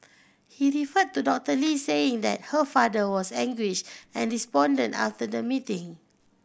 he referred to Doctor Lee saying that her father was anguished and despondent after the meeting